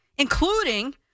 including